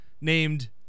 named